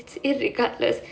it's irregardless